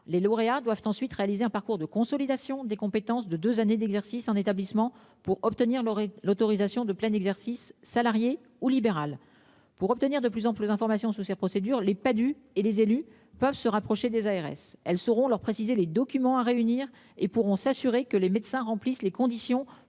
les lauréats doivent ensuite réaliser un parcours de consolidation des compétences de 2 années d'exercice en établissement pour obtenir leur l'autorisation de plein exercice salariées ou libérale pour obtenir de plus amples informations sur cette procédure les pas du et. Les élus peuvent se rapprocher des ARS, elles seront leur préciser les documents à réunir et pourront s'assurer que les médecins remplissent les conditions